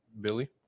Billy